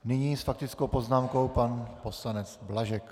Nyní s faktickou poznámkou pan poslanec Blažek.